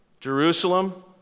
Jerusalem